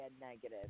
negative